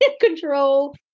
control